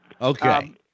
Okay